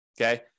Okay